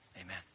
Amen